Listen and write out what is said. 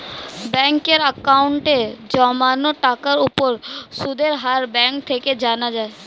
ব্যাঙ্কের অ্যাকাউন্টে জমানো টাকার উপর সুদের হার ব্যাঙ্ক থেকে জানা যায়